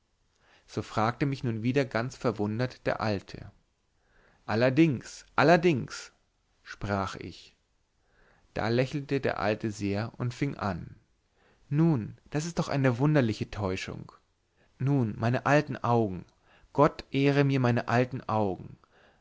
so fragte mich nun wieder ganz verwundert der alte allerdings allerdings sprach ich da lächelte der alte sehr und fing an nun das ist doch eine wunderliche täuschung nun meine alten augen gott ehre mir meine alten augen